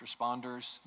responders